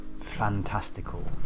fantastical